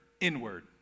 inward